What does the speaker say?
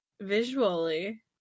visually